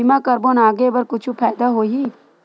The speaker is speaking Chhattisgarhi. बीमा करबो आगे बर कुछु फ़ायदा होही?